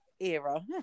era